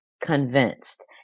convinced